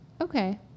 Okay